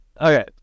Okay